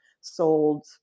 sold